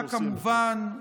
כמובן,